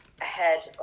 ahead